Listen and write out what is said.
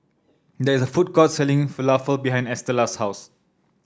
there is a food court selling Falafel behind Estella's house